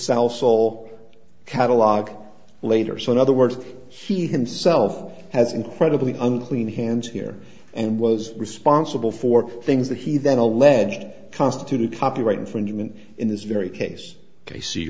sal soul catalog later so in other words he himself has incredibly unclean hands here and was responsible for things that he then alleged constitute copyright infringement in this very case casey